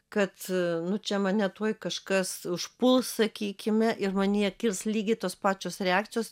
kad nu čia mane tuoj kažkas užpuls sakykime ir manyje kils lygiai tos pačios reakcijos